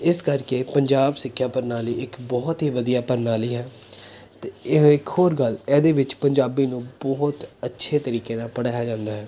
ਇਸ ਕਰਕੇ ਪੰਜਾਬ ਸਿੱਖਿਆ ਪ੍ਰਣਾਲੀ ਇੱਕ ਬਹੁਤ ਹੀ ਵਧੀਆ ਪ੍ਰਣਾਲੀ ਹੈ ਅਤੇ ਇਹ ਇੱਕ ਹੋਰ ਗੱਲ ਇਹਦੇ ਵਿੱਚ ਪੰਜਾਬੀ ਨੂੰ ਬਹੁਤ ਅੱਛੇ ਤਰੀਕੇ ਨਾਲ ਪੜ੍ਹਾਇਆ ਜਾਂਦਾ ਹੈ